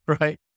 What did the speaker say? right